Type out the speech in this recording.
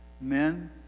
Men